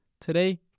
Today